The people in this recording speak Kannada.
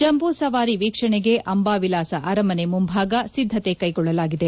ಜಿಂಬೂ ಸವಾರಿ ವೀಕ್ಷಣೆಗೆ ಅಂಬಾವಿಲಾಸ ಅರಮನೆ ಮುಂಭಾಗ ಸಿದ್ದತೆ ಕ್ಷೆಗೊಳ್ಳಲಾಗಿದೆ